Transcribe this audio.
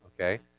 okay